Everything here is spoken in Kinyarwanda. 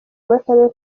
bw’akarere